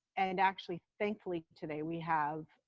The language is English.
and actually, thankfully, today we have,